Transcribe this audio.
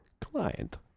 Client